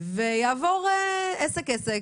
ואעבור עסק אחרי עסק,